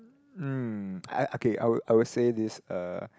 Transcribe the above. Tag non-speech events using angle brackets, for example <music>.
hmm <noise> I okay I will I will say this uh